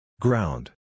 Ground